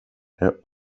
her